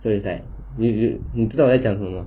so it's like 你你你知道我在讲什么